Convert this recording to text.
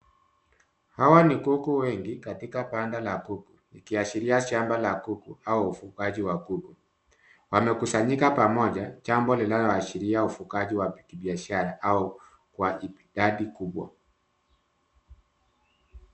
Hawa ni kuku wengi katika banda la kuku likiashiria shamba la kuku au ufugaji wa kuku wamekusanyika pamoja jambo linaloashiria ufugaji wa kibiashara au kwa idadi kubwa.